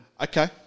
Okay